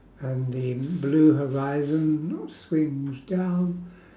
and the blue horizon swings down